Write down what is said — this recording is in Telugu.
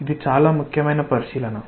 ఇది చాలా ముఖ్యమైన పరిశీలన